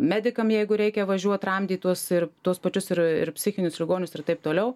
medikam jeigu reikia važiuot tramdyt tuos ir tuos pačius ir ir psichinius ligonius ir taip toliau